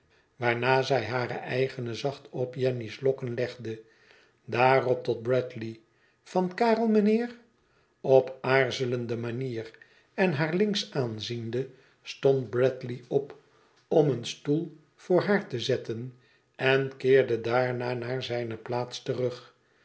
waarna zij hare eigene zacht op jenny's lokken legde daarop tot bradley van karel mijnheer op aarzelende manier en haar links aanziende stond bradley op om een stoel voor haar te zetten en keerde daarna naar zijne plaats terug